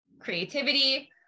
creativity